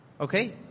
Okay